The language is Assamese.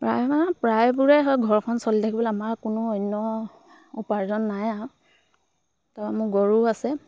প্ৰায় মানে প্ৰায়বোৰে হয় ঘৰখন চলি থাকিবলৈ আমাৰ কোনো অন্য উপাৰ্জন নাই আৰু তাৰপৰা মোৰ গৰু আছে